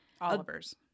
oliver's